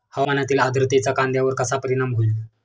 हवामानातील आर्द्रतेचा कांद्यावर कसा परिणाम होईल?